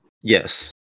Yes